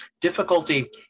Difficulty